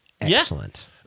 Excellent